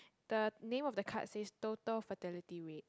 the name of the card says total fertility rate